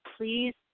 please